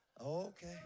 okay